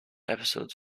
episodes